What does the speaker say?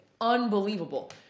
unbelievable